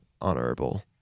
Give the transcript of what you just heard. honorable